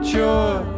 joy